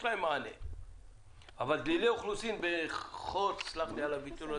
ולהבנתנו פסקת משנה (ג) מדברת על אופי הפריסה באותו ישוב,